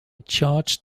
charged